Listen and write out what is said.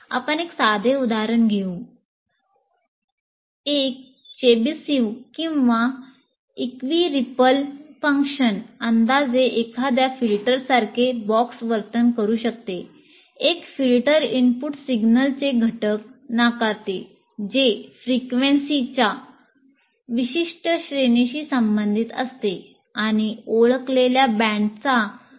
आपण एक साधे उदाहरण घेऊ एक चेबिसीव आहे